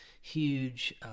huge